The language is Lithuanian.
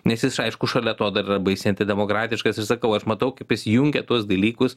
nes jis aišku šalia to dar yra baisiai antidemokratiškas ir sakau aš matau kaip jis jungia tuos dalykus